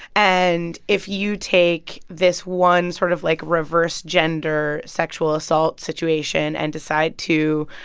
and if you take this one sort of, like, reverse-gender sexual assault situation and decide to,